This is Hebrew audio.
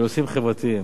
בנושאים חברתיים.